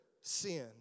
sin